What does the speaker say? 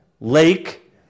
lake